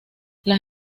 las